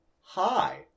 Hi